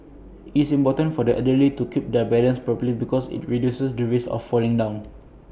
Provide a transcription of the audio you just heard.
it's important for the elderly to keep their balance properly because IT reduces the risk of falling down